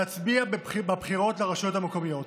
להצביע בבחירות לרשויות המקומיות.